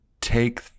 take